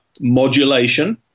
modulation